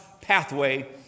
pathway